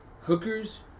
hookers